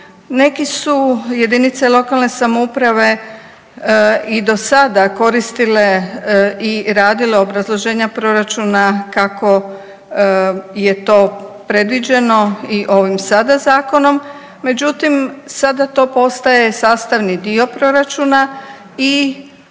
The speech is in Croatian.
bilo neke su JLS i do sada koristile i radile obrazloženja proračuna kako je to predviđeno i ovim sada zakonom, međutim sada to postaje sastavni dio proračuna i